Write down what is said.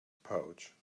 pouch